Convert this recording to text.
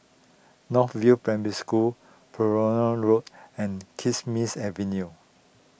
North View Primary School Balmoral Road and Kismis Avenue